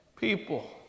people